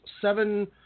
seven